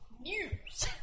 news